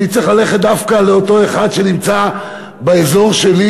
אני צריך ללכת דווקא לאותו אחד שנמצא באזור שלי?